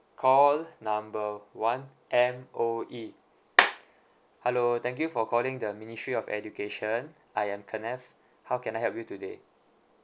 call number one M_O_E hello thank you for calling the ministry of education I am kenneth how can I help you today